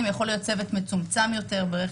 מה יהיה המספר המזערי של דיונים שהחוק יחייב.